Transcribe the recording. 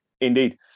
Indeed